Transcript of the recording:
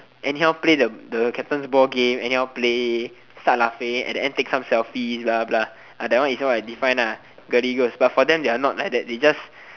anyhow play the captain ball game anyhow play and then start laughing at the end take selfie blah blah blah that one is how I define girly girls stuff but for them they are not like that they just